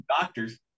doctors